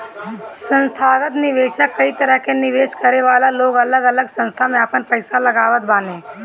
संथागत निवेशक कई तरह के निवेश करे वाला लोग अलग अलग संस्था में आपन पईसा लगावत बाने